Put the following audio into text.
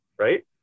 right